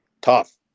Tough